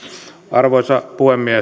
arvoisa